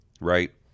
right